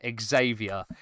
Xavier